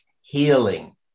healing